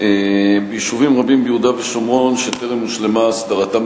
ביישובים רבים ביהודה ושומרון שטרם הושלמה הסדרתם